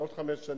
ועוד חמש שנים